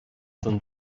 don